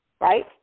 right